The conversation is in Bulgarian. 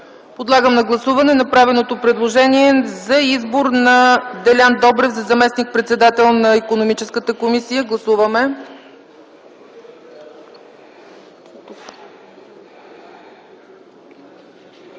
Подлагам на гласуване направеното предложение за избор на Делян Добрев за заместник-председател на Икономическата комисия. Гласували